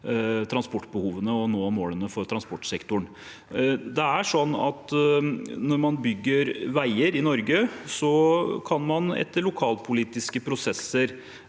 transportbehovene og målene for transportsektoren. Når man bygger veier i Norge, kan man etter lokalpolitiske prosesser